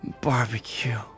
Barbecue